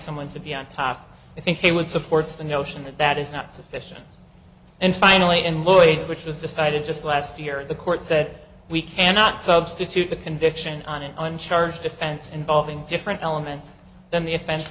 someone to be on top i think they would supports the notion that that is not sufficient and finally in lloyd which was decided just last year the court said we cannot substitute a conviction on an on charge defense involving different elements than the offense